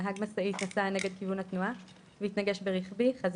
נהג משאית נסע נגד כיוון התנועה והתנגש ברכבי חזיתית.